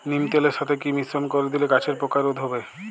নিম তেলের সাথে কি মিশ্রণ করে দিলে গাছের পোকা রোধ হবে?